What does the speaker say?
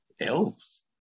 Elves